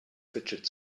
fidget